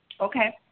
Okay